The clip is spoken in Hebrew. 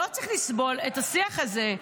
לא צריך לסבול את השיח הזה.